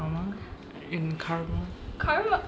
trauma in karma